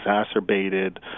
exacerbated